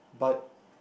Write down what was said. but